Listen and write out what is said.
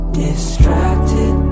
distracted